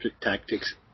tactics